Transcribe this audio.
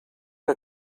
que